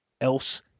else